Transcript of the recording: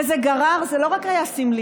זה לא רק היה סמלי,